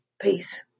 Peace